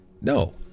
No